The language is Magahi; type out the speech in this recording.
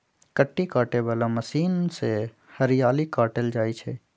कुट्टी काटे बला मशीन से हरियरी काटल जाइ छै